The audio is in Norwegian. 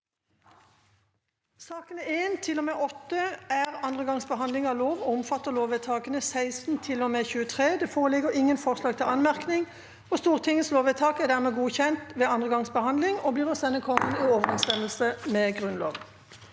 Sakene nr. 1–8 er andre gangs behand- ling av lover og gjelder lovvedtakene 16 til og med 23. Det foreligger ingen forslag til anmerkning. Stortingets lovvedtak er dermed godkjent ved andre gangs behandling og blir å sende Kongen i overensstemmelse med Grunnloven.